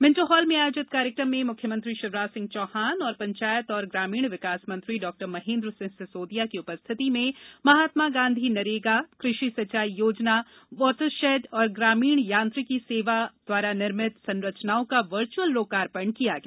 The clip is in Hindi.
मिंटो हॉल में आयोजित कार्यक्रम में मुख्यमंत्री शिवराज सिंह चौहान और पंचायत एवं ग्रामीण विकास मंत्री डॉ महेंद्र सिंह सिसोदिया की उपरिथति में महात्मा गाँधी नरेगा कृषि सिंचाई योजना वॉटर शेड और ग्रामीण यांत्रिकी सेवा द्वारा निर्मित संरचनाओं का वर्चअल लोकार्पण किया गया